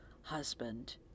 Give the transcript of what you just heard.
husband